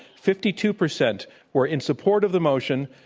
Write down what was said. fifty two percent were in support of the motion.